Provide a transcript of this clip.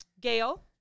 Gail